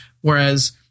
Whereas